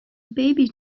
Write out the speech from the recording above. baby